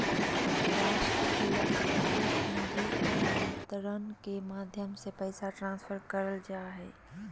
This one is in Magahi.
राष्ट्रीय इलेक्ट्रॉनिक निधि अन्तरण के माध्यम से पैसा ट्रांसफर करल जा हय